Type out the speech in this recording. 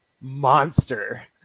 monster